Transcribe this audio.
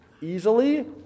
easily